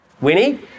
Winnie